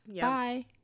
Bye